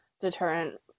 deterrent